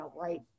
right